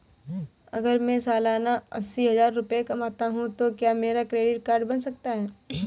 अगर मैं सालाना अस्सी हज़ार रुपये कमाता हूं तो क्या मेरा क्रेडिट कार्ड बन सकता है?